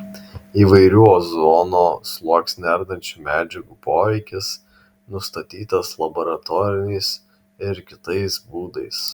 įvairių ozono sluoksnį ardančių medžiagų poveikis nustatytas laboratoriniais ir kitais būdais